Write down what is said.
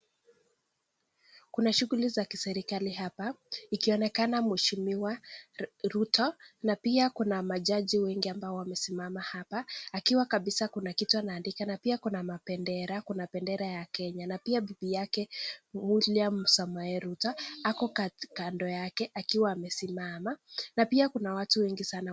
Kuna shughuli za kiserekali hapa, ikionekana mweshimiwa Ruto, na pia kuna majaji wengi ambao wamesimama hap,a akiwa kabisa kuna kitu anaandika na pia kuna bendera, kuna bendera ya kenya, na pia bibi yake Willian Samoei Ruto ako kando yake akiwa amesimama, na pia kuna watu wengi sana.